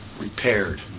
Repaired